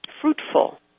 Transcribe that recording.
fruitful